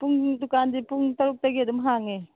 ꯄꯨꯡ ꯗꯨꯀꯥꯟꯁꯦ ꯄꯨꯡ ꯇꯔꯨꯛꯇꯒꯤ ꯑꯗꯨꯝ ꯍꯥꯡꯉꯦ